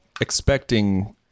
expecting